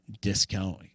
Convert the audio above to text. discount